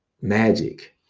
Magic